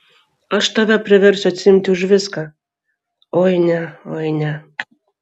aš tave priversiu atsiimti už viską oi ne oi ne